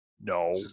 No